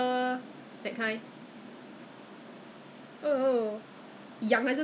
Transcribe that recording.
the virus germs bacteria that's why I thought that was what happened so I